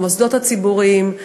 במוסדות הציבוריים.